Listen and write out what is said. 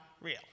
real